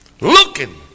looking